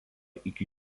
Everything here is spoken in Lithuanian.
iki